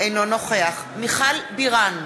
אינו נוכח מיכל בירן,